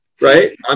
Right